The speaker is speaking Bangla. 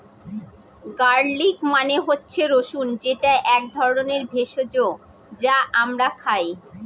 গার্লিক মানে হচ্ছে রসুন যেটা এক ধরনের ভেষজ যা আমরা খাই